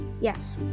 Yes